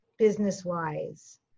business-wise